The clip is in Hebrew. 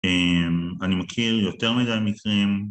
אני מכיר יותר מדי מקרים